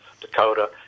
Dakota